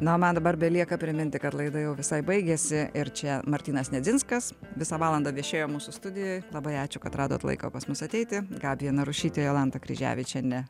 na o man dabar belieka priminti kad laida jau visai baigėsi ir čia martynas nedzinskas visą valandą viešėjo mūsų studijoj labai ačiū kad radot laiko pas mus ateiti gabija narušytė jolanta kryževičienė